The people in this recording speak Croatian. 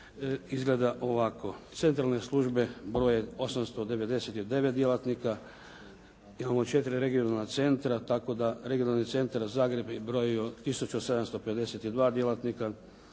izgleda ovako. Centralne službe broje 899 djelatnika. Imamo četiri regionalna centra tako da regionalni centar Zagreb broji 1752 djelatnika.